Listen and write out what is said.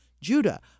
Judah